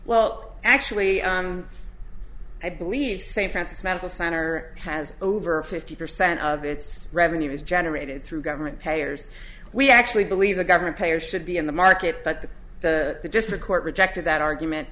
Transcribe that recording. well actually i believe st francis medical center has over fifty percent of its revenues generated through government payers we actually believe the government payers should be in the market but the district court rejected that argument